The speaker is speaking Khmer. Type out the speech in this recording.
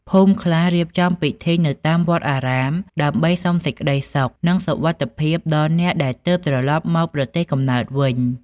ភូមិខ្លះរៀបចំពិធីនៅតាមវត្តអារាម ដើម្បីសុំសេចក្ដីសុខ និងសុវត្ថិភាពដល់អ្នកដែលទើបត្រឡប់មកប្រទេសកំណើតវិញ។